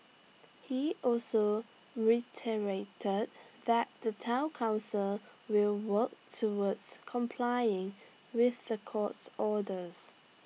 he also reiterated that the Town Council will work towards complying with the court's orders